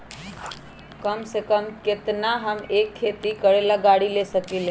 कम से कम केतना में हम एक खेती करेला गाड़ी ले सकींले?